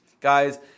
Guys